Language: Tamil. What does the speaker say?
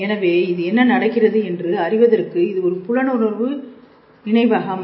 எனவே இது என்ன நடக்கிறது என்று அறிவதற்கு இது ஓர் புலனுணர்வு நினைவகம்